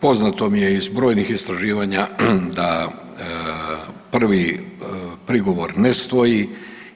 Poznato mi je iz brojnih istraživanja da prvi prigovor ne stoji